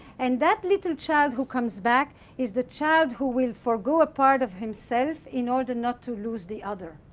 and that little child who comes back is the child who will forgo a part of himself in order not to lose the other.